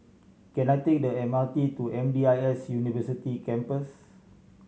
can I take the M R T to M D I S University Campus